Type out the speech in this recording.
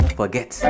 forget